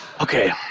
Okay